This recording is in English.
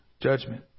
judgment